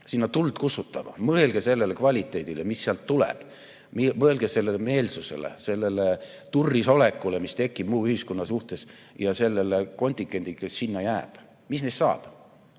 sinna tuld kustutama? Mõelge sellele kvaliteedile, mis sealt tuleb. Mõelge sellele meelsusele, sellele turrisolekule, mis tekib muu ühiskonna suhtes, ja sellele kontingendile, kes sinna jääb. Mis neist saab?